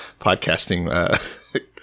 podcasting